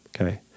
Okay